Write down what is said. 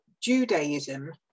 Judaism